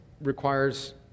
requires